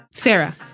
Sarah